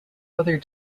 other